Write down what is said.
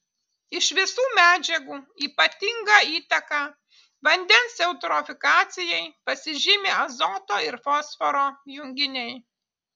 iš visų medžiagų ypatinga įtaka vandens eutrofikacijai pasižymi azoto ir fosforo junginiai